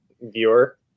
viewer